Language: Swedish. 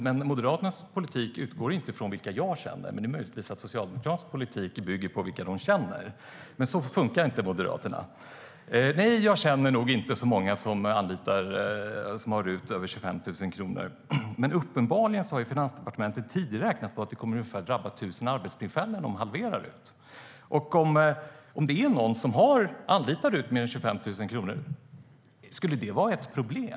Men Moderaternas politik utgår inte från vilka jag känner - möjligtvis bygger socialdemokratisk politik på vilka man känner. Så funkar inte Moderaternas politik. Nej, jag känner nog inte så många som anlitar RUT-tjänster för över 25 000 kronor. Men uppenbarligen har Finansdepartementet tidigare räknat på att det kommer att drabba ungefär 1 000 arbetstillfällen om man halverar det. Om det då är någon som anlitar RUT för över 25 000 kronor, skulle det vara ett problem?